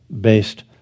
based